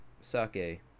sake